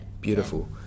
Beautiful